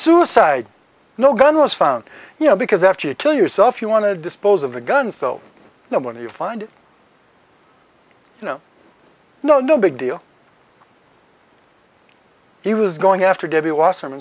suicide no gun was found you know because after you kill yourself you want to dispose of the gun so no wonder you find it no no no big deal he was going after